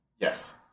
Yes